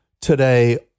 today